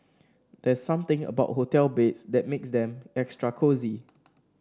there's something about hotel beds that makes them extra cosy